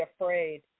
afraid